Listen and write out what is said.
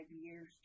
years